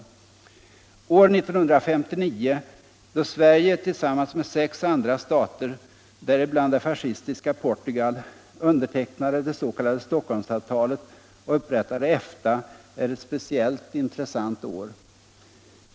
År 1959, då Sverige tillsammans med sex andra stater, däribland det fascistiska Portugal, undertecknade det s.k. Stockholmsavtalet och upprättade EFTA, är et speciellt intressant år.